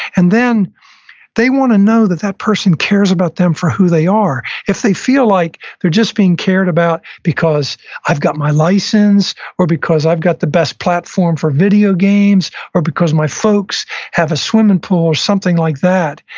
and then they want to know that that person cares about them for who they are. if they feel like they're just being cared about because i've got my license or because i've got the best platform for video games or because my folks have a swimming pool or something like that,